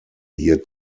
hier